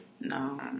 No